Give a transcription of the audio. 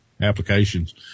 Applications